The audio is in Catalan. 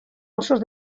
ossos